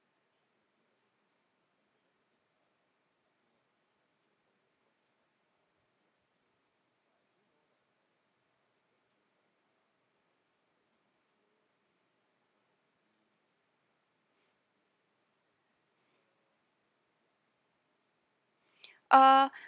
uh